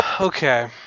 Okay